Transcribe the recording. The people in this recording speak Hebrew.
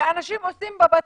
ואנשים עושים בבתים.